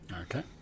Okay